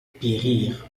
périrent